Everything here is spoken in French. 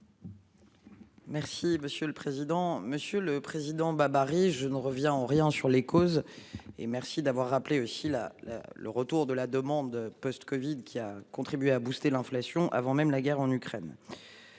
Merci monsieur le président. Monsieur le Président Babary je ne reviens en rien sur les causes et merci d'avoir appelé aussi la le retour de la demande post-Covid qui a contribué a boosté l'inflation avant même la guerre en Ukraine.